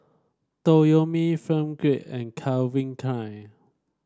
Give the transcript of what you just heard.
Toyomi Film Grade and Calvin Klein